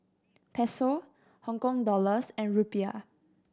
Peso Hong Kong Dollars and Rupiah